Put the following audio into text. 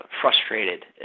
frustrated